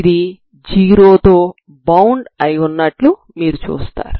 ఇది 0 తో బౌండ్ అయి ఉన్నట్లు మీరు చూస్తారు